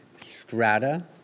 Strata